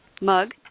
mug